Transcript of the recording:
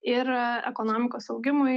ir ekonomikos augimui